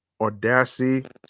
audacity